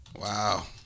Wow